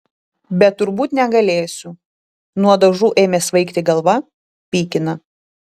bet turbūt negalėsiu nuo dažų ėmė svaigti galva pykina